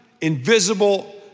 invisible